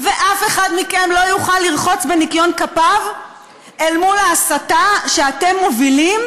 ואף אחד מכם לא יוכל לרחוץ בניקיון כפיו אל מול ההסתה שאתם מובילים,